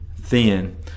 thin